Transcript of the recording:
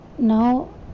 Now